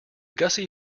gussie